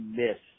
miss